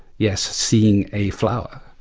yes, seeing a flower.